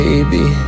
Baby